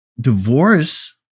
divorce